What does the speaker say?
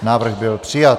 Návrh byl přijat.